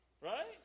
Right